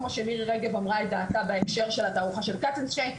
כמו שמירי רגב אמרה את דעתה בהקשר של התערוכה של קצנשטיין,